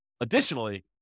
additionally